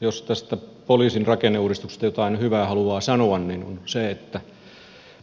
jos tästä poliisin rakenneuudistuksesta jotain hyvää haluaa sanoa niin sen että